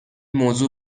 موضوع